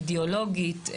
אידאולוגית,